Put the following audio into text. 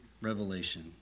revelation